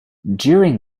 during